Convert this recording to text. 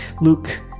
Luke